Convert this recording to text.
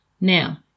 Now